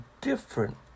different